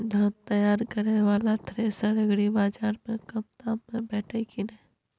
धान तैयार करय वाला थ्रेसर एग्रीबाजार में कम दाम में भेटत की नय?